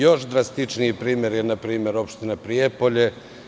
Još drastičniji primer je npr. Opština Prijepolje.